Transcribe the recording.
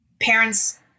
parents